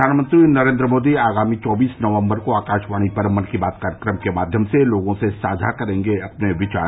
प्रधानमंत्री नरेन्द्र मोदी आगामी चौबीस नवम्बर को आकाशवाणी पर मन की बात कार्यक्रम के माध्यम से लोगों से साझा करेंगे अपने विचार